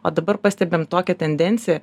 o dabar pastebim tokią tendenciją